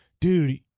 dude